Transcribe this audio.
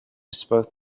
spoke